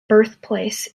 birthplace